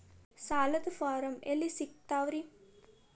ಸಾಲದ ಫಾರಂ ಎಲ್ಲಿ ಸಿಕ್ತಾವ್ರಿ?